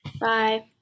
Bye